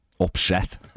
upset